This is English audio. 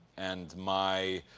and my